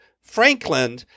Franklin